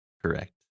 Correct